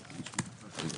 בשעה 17:53.)